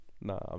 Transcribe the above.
nah